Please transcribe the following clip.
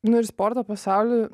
nu ir sporto pasauly